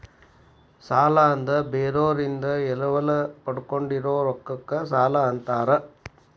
ಸಾಲ ಅಂದ್ರ ಬೇರೋರಿಂದ ಎರವಲ ಪಡ್ಕೊಂಡಿರೋ ರೊಕ್ಕಕ್ಕ ಸಾಲಾ ಅಂತಾರ